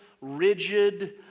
rigid